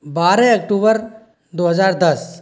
बारह अक्टूबर दो हज़ार दस